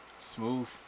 Smooth